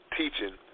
teaching